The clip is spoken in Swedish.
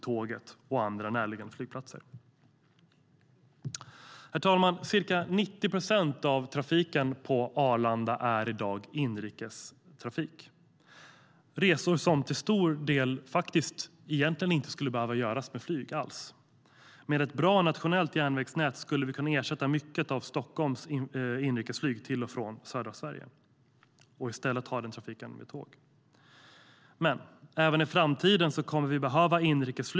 Ca 90 procent av trafiken på Bromma är inrikestrafik.